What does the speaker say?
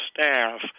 staff